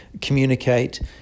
communicate